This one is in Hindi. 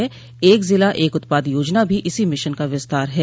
एक जिला एक उत्पाद योजना भी इसी मिशन का विस्तार है